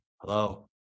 Hello